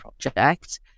project